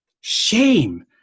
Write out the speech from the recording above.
shame